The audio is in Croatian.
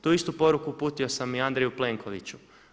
Tu istu poruku i uputio sam i Andreju Plenkoviću.